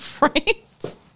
Right